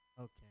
Okay